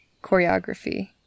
choreography